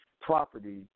property